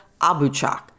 Abuchak